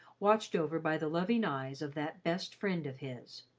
watched over by the loving eyes of that best friend of his.